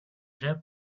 him